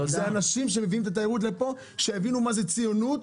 אלה אנשים שמביאים את התיירות לפה כדי שיבינו מה זה ציונות.